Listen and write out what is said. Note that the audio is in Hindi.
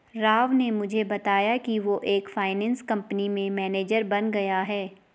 राव ने मुझे बताया कि वो एक फाइनेंस कंपनी में मैनेजर बन गया है